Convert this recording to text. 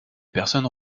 personnes